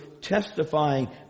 testifying